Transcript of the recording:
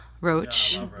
Roach